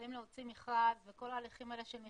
מתחילים להוציא מכרז וכל ההליכים של מכרז,